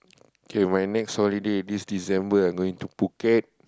okay my next holiday this December I'm going to Phuket